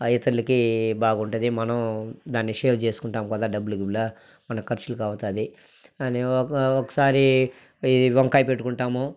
ఇతరలకి బాగుంటాది మనం దాన్నిసేవ్ చేసుకుంటాం కదా డబ్బులు కూడా మన ఖర్చులకవతాది అని ఒక ఒకసారి ఈ వంకాయ పెట్టుకుంటాము